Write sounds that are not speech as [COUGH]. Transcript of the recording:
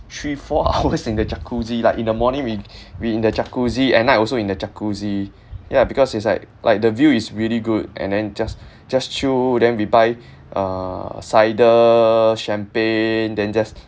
three four hours [LAUGHS] in the jacuzzi like in the morning we we in the jacuzzi at night also in the jacuzzi yeah because it's like like the view is really good and then just just chill then we buy uh cider champagne then just